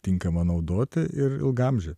tinkama naudoti ir ilgaamžė